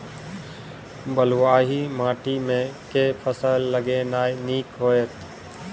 बलुआही माटि मे केँ फसल लगेनाइ नीक होइत?